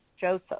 Joseph